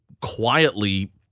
quietly